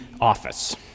office